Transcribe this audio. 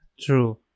true